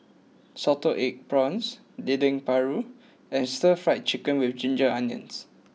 Salted Egg Prawns Dendeng Paru and Stir Fry Chicken with Ginger Onions